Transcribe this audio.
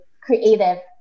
creative